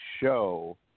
show